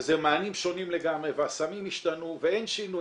וזה מענים שונים לגמרי והסמים השתנו ואין שינויים.